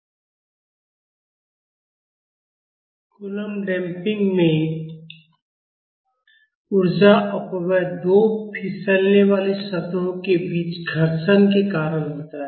coulomb damping में ऊर्जा अपव्यय दो फिसलने वाली सतहों के बीच घर्षण के कारण होता है